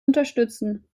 unterstützen